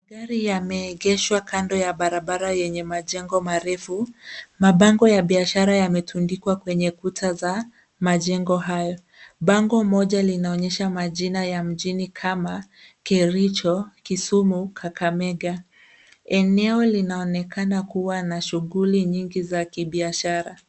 Magari yameegeshwa kando ya barabara yenye majengo marefu, mabango ya biashara yametundikwa kwenye kutaza majengo hayo. Bango moja linaonyesha majina ya mjini kama kericho, kisumu, kakamega. Eneo linaonekana kuwa na shughuli nyingi za kibiashara.